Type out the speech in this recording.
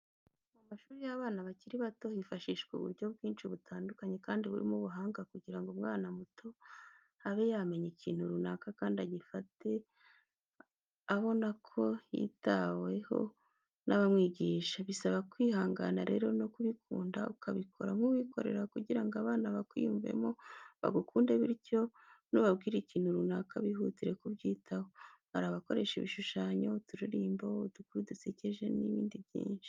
Mu mashuri y'abana bakiri bato hifashishwa uburyo bwinshi butandukanye kandi burimo ubuhanga kugira ngo umwana muto abe yamenya ikintu runaka kandi agifate abona ko yitaweho n'abamwigisha. Bisaba kwihangana rero no kubikunda ukabikora nk'uwikorera kugira ngo abana bakwiyumvemo bagukunde bityo nubabwira ikintu runaka bihutire kubyitaho. Hari abakoresha ibishushanyo, uturirimbo, udukuru dusekeje n'ibindi byinshi.